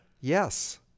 Yes